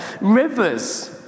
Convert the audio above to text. rivers